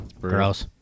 Gross